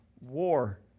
War